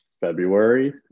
February